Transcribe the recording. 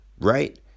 right